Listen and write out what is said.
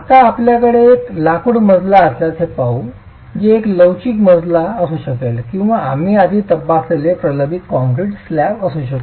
आता आपल्याकडे एक लाकूड मजला असल्यास ते पाहू जे एक लवचिक मजला असू शकेल किंवा आम्ही आधी तपासलेले प्रबलित कंक्रीट स्लॅब असू शकेल